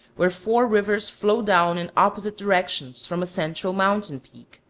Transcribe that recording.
where four rivers flowed down in opposite directions from a central mountain-peak.